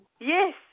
Yes